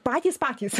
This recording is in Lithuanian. patys patys